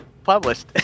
published